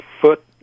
foot